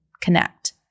connect